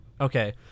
okay